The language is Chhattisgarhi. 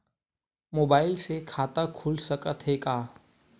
मुबाइल से खाता खुल सकथे का?